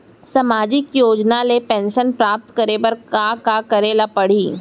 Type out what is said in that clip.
सामाजिक योजना ले पेंशन प्राप्त करे बर का का करे ल पड़ही?